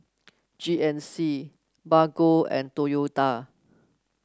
G N C Bargo and Toyota